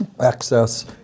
access